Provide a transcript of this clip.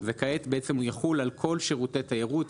וכעת הוא יחול על כל שירותי התיירות,